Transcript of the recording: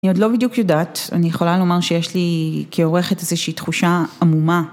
אני עוד לא בדיוק יודעת, אני יכולה לומר שיש לי כעורכת איזושהי תחושה עמומה.